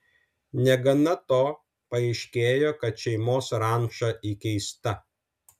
negana to paaiškėjo kad šeimos ranča įkeista